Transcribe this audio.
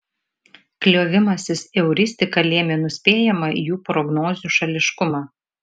kliovimasis euristika lėmė nuspėjamą jų prognozių šališkumą